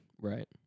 Right